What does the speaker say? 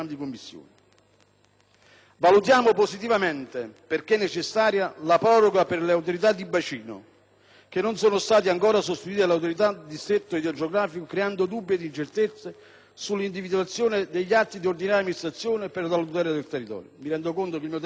Valutiamo positivamente, perché necessaria, la proroga per le autorità di bacino, che non sono state ancora sostituite dalle autorità di distretto idrogeografìco, creando dubbi ed incertezze sull'invalidazione degli atti di ordinaria amministrazione per la tutela del territorio. Mi rendo conto che il tempo a mia